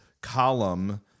column